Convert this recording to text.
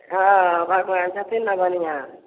हँ भगवान छथिन ने बढ़िआँ